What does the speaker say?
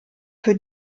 für